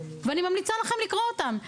ואני ממליצה לכם לקרוא אותם.